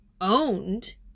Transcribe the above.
owned